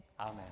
Amen